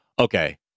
Okay